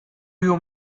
you